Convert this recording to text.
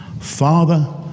Father